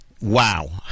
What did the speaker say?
Wow